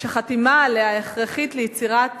וחתימה עליה הכרחית ליצירת